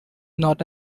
not